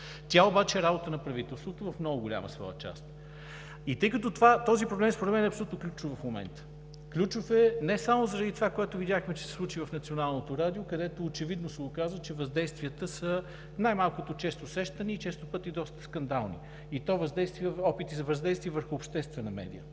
част е работа на правителството, тъй като този проблем според мен е абсолютно ключов в момента. Ключов е не само заради това, което видяхме, че се случи в Националното радио, където очевидно се оказа, че въздействията са най-малкото често срещани и често пъти доста скандални, и то опити за въздействие върху обществена медия.